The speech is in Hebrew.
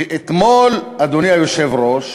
ואתמול, אדוני היושב-ראש,